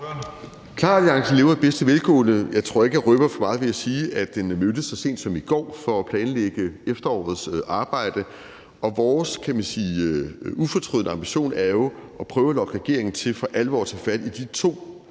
KLAR-alliancen lever i bedste velgående. Jeg tror ikke, jeg røber for meget ved at sige, at vi mødtes så sent som i går for at planlægge efterårets arbejde. Og vores ufortrødne ambition er jo at prøve at lokke regeringen til for alvor at tage fat i de to